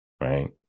Right